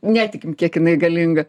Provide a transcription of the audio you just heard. netikim kiek jinai galinga